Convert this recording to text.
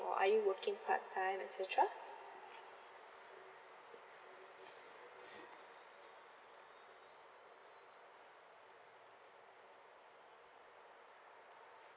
or are you working part time et cetera